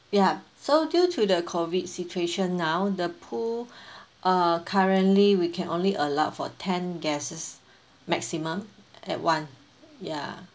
ya so due to the COVID situation now the pool uh currently we can only allow for ten guests maximum at once ya